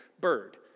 bird